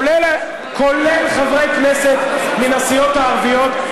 כולל חברי כנסת מן הסיעות הערביות,